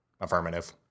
Affirmative